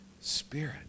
Spirit